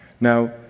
Now